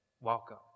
welcome